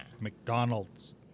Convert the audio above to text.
McDonald's